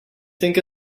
think